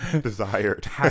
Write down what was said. desired